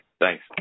Thanks